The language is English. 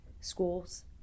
schools